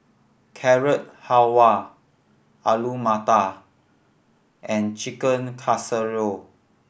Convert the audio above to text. Carrot Halwa Alu Matar and Chicken Casserole